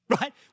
right